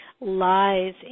lies